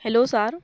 hello sir